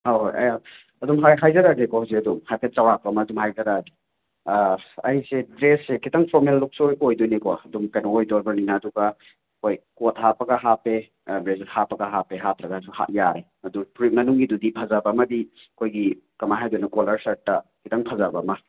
ꯑꯥ ꯍꯣꯏ ꯑꯗꯨꯝ ꯑꯩ ꯍꯥꯏꯖꯔꯛꯑꯒꯦ ꯀꯣ ꯍꯧꯖꯤꯛ ꯑꯗꯨꯝ ꯍꯥꯏꯐꯦꯠ ꯆꯥꯎꯔꯥꯛꯄ ꯑꯃ ꯑꯗꯨꯝ ꯍꯥꯏꯖꯔꯛꯑꯒꯦ ꯑꯩꯁꯦ ꯗ꯭ꯔꯦꯁꯁꯦ ꯈꯤꯇꯪ ꯐꯣꯔꯃꯦꯜꯗ ꯐ꯭ꯂꯣꯏꯠ ꯑꯣꯏꯗꯣꯏꯅꯤꯀꯣ ꯑꯗꯨꯝ ꯀꯩꯅꯣ ꯑꯣꯏꯗꯣꯔꯕꯅꯤꯅ ꯑꯗꯨꯒ ꯍꯣꯏ ꯀꯣꯠ ꯍꯥꯞꯄꯒ ꯍꯥꯞꯄꯦ ꯕ꯭ꯂꯦꯖꯔ ꯍꯥꯞꯄꯒ ꯍꯥꯞꯄꯦ ꯍꯥꯞꯇ꯭ꯔꯒꯁꯨ ꯍꯥꯞ ꯌꯥꯔꯦ ꯑꯗꯨ ꯐꯨꯔꯤꯠ ꯃꯅꯨꯡꯒꯤꯗꯨꯗꯤ ꯐꯖꯕ ꯑꯃꯗꯤ ꯑꯩꯈꯣꯏꯒꯤ ꯀꯃꯥꯏꯅ ꯍꯥꯏꯗꯣꯏꯅꯣ ꯀꯣꯂꯔ ꯁꯥꯔꯠꯇ ꯈꯤꯇꯪ ꯐꯖꯕ ꯑꯃ